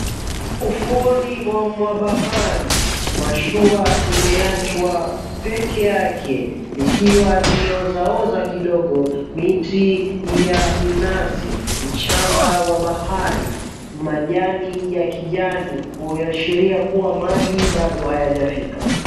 Ufuoni mwa bahari, mashua imeachwa peke yake likiwa limeozaoza kidogo, miti ya minazi, mchanga wa bahari, majani ya kijani kuashiria kuwa maji bado hayajafika.